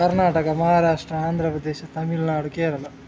Karnataka Maharashtra Andhra Pradesh Tamil Nadu Kerala